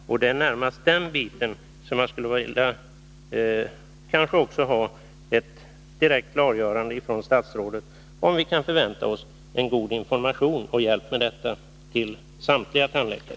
Och det är närmast då det gäller den biten som jag skulle vilja ha ett direkt klargörande från statsrådet, om vi kan förvänta oss att få hjälp med en god information i detta hänseende till samtliga tandläkare.